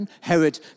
Herod